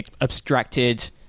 abstracted